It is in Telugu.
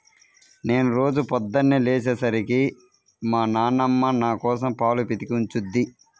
నేను రోజూ పొద్దన్నే లేచే సరికి మా నాన్నమ్మ నాకోసం పాలు పితికి ఉంచుద్ది